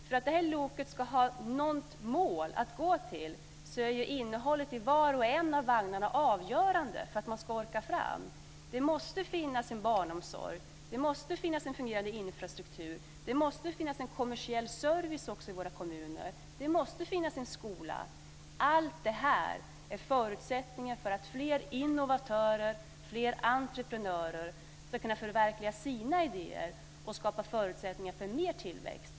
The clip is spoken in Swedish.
För att det här loket ska ha ett mål att gå till är innehållet i var och en av vagnarna avgörande för att man ska orka fram. Det måste finnas en barnomsorg, en fungerande infrastruktur, en kommersiell service i våra kommuner, och det måste finnas en skola. Allt det här är förutsättningar för att fler innovatörer, fler entreprenörer ska kunna förverkliga sina idéer och skapa förutsättningar för mer tillväxt.